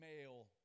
male